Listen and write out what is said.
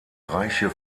reiche